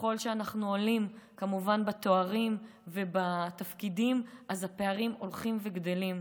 וככל שאנחנו עולים בתארים ובתפקידים הפערים הולכים וגדלים,